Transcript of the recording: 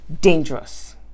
dangerous